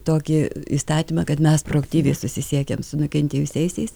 tokį įstatymą kad mes proaktyviai susisiekiam su nukentėjusiaisiais